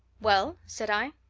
well? said i.